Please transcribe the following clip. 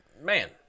Man